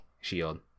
Shield